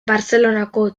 bartzelonako